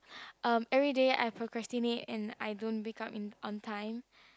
uh everyday I procrastinate and I don't wake up in on time